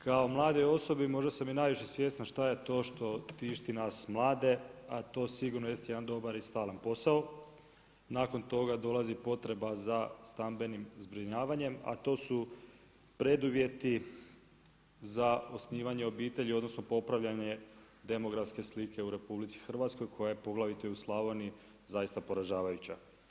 Kao mladoj osobi možda sam i najviše svjestan šta je to šta tišti nas mlade a to sigurno jest jedan dobar i stalan posao, nakon toga dolazi potreba za stambenim zbrinjavanjem a to su preduvjeti za osnivanje obitelji, odnosno popravljanje demografske slike u RH koja je poglavito i u Slavoniji zaista poražavajuća.